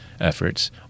efforts